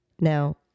now